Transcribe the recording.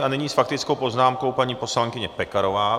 A nyní s faktickou poznámkou paní poslankyně Pekarová.